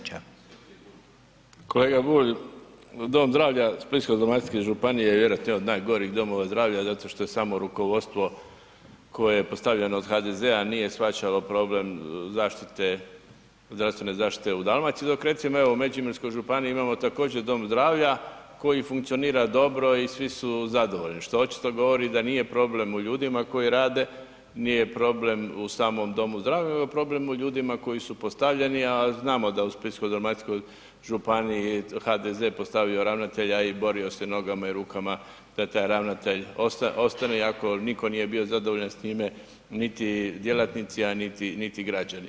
Kolega Bulj, dom zdravlja Splitsko-dalmatinske županije je vjerojatno jedan od najgorih domova zdravlja zato što je samo rukovodstvo koje je postavljeno od HDZ-a nije shvaćalo problem zdravstvene zaštite u Dalmaciji, dok recimo evo u Međimurskoj županiji imamo također dom zdravlja koji funkcionara dobro i svi su zadovoljni što očito govori da nije problem u ljudima koji rade, nije problem u samom domu zdravlja nego je problem u ljudima koji su postavljeni, a znamo da u Splitsko-dalmatinskoj županiji HDZ postavio ravnatelja i borio se nogama i rukama da taj ravnatelj ostane iako niko nije bio zadovoljan s njime niti djelatnici, a niti građani.